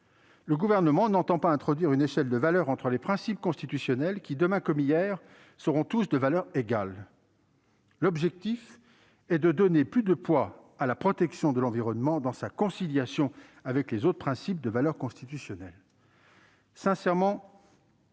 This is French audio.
Le Gouvernement n'entend pas introduire une échelle de valeurs entre les principes constitutionnels, qui, demain comme hier, seront tous de valeur égale. L'objectif est de donner plus de poids à la protection de l'environnement dans sa conciliation avec les autres principes de valeur constitutionnelle. » Par ces